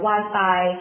Wi-Fi